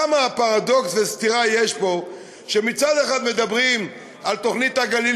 כמה פרדוקס וסתירה יש פה שמצד אחד מדברים על תוכנית הגליל,